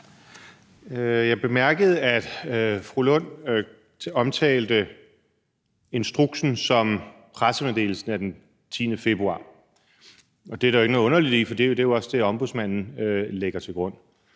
Jeg bemærkede, at fru Rosa Lund omtalte instruksen som pressemeddelelsen af 10. februar. Og det er der jo ikke noget underligt i, for det er også det, Ombudsmanden lægger til grund.